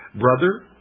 brother,